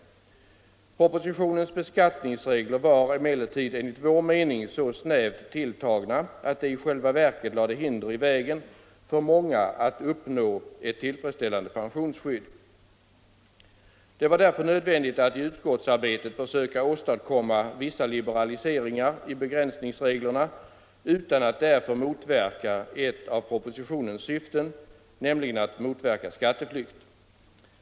Propositionens beskattningsregler var emellertid enligt vår mening så snävt tilltagna att de i själva verket lade hinder i vägen för många att uppnå ett tillfredsställande pensionsskydd. Det var därför nödvändigt att i utskottsarbetet försöka åstadkomma vissa liberaliseringar i begränsningsreglerna utan att för den skull motverka ett av propositionens syften, nämligen att motverka skatteflykt.